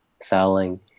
selling